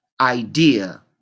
idea